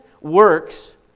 works